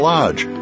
Lodge